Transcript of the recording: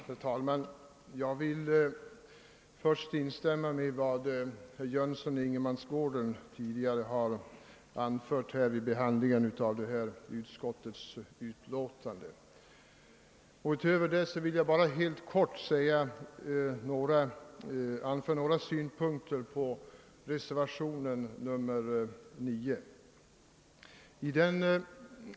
Herr talman! Jag vill först instämma i vad herr Jönsson i Ingemarsgården tidigare har anfört vid behandlingen av detta utskottsutlåtande. Utöver detta vill jag bara i korthet anföra några synpunkter på reservationen 9.